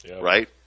right